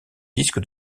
disque